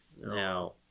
now